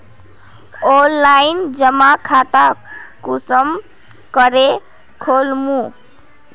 Online जमा खाता कुंसम करे खोलूम?